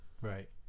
Right